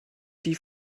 die